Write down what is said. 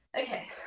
Okay